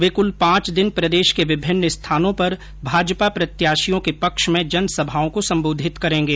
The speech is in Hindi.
वे कल पांच दिन प्रदेश के विभिन्न स्थानों पर भाजपा प्रत्याशियों के पक्ष में जनसभाओं को सम्बोधित करेंगे